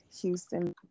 Houston